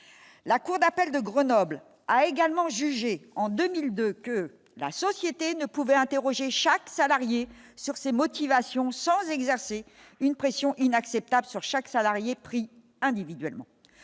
la cour d'appel de Grenoble a également jugé en 2002 que la société ne pouvait interroger chaque salarié sur ses motivations, sans exercer une pression inacceptable sur chaque salarié pris individuellement,